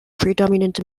predominant